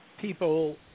people